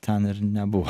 ten ir nebuvo